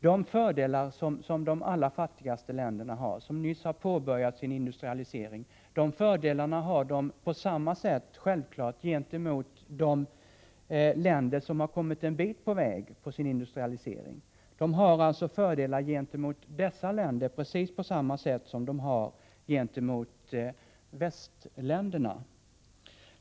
De fördelar som de allra fattigaste länderna, som nyss har påbörjat sin industrialisering, har, har de också gentemot de länder som har kommit en bit på väg med sin industrialisering. De har alltså fördelar gentemot dessa länder på precis samma sätt som de har gentemot västländerna.